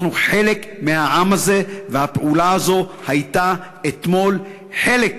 אנחנו חלק מהעם הזה, והפעולה הזאת הייתה אתמול חלק